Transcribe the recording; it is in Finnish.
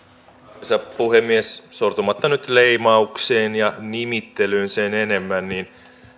arvoisa puhemies sortumatta nyt leimaukseen ja nimittelyyn sen enemmän